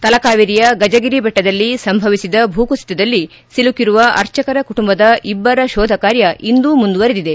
ತಲಕಾವೇರಿಯ ಗಜಗಿರಿ ಬೆಟ್ಟದಲ್ಲಿ ಸಂಭವಿಸಿದ ಭೂಕುಸಿತದಲ್ಲಿ ಸಿಲುಕಿರುವ ಅರ್ಚಕರ ಕುಟುಂಬದ ಇಬ್ಬರ ಶೋಧಕಾರ್ಯ ಇಂದೂ ಮುಂದುವರಿದಿದೆ